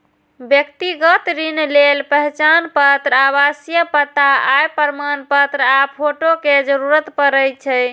व्यक्तिगत ऋण लेल पहचान पत्र, आवासीय पता, आय प्रमाणपत्र आ फोटो के जरूरत पड़ै छै